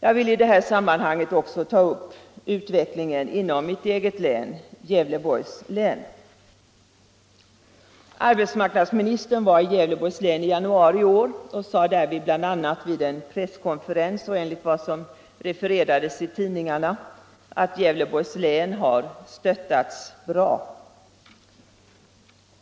Jag vill i det här sammanhanget också ta upp utvecklingen inom mitt eget län, Gävleborgs län. Arbetsmarknadsministern var i Gävleborgs län i januari i år och sade därvid bl.a. vid en presskonferens enligt vad som refererades i tidningarna att Gävleborgs län har stöttats bra.